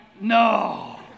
no